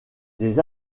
les